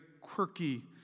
quirky